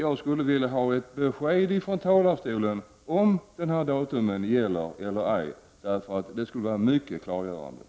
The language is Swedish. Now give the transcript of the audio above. Jag skulle därför vilja ha ett besked från talarstolen, om detta datum gäller eller ej. Det skulle vara mycket klargörande.